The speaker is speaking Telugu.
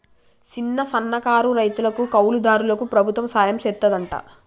సిన్న, సన్నకారు రైతులకు, కౌలు దారులకు ప్రభుత్వం సహాయం సెత్తాదంట